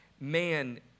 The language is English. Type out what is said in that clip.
man